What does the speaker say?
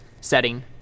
setting